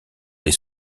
les